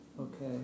Okay